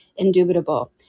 indubitable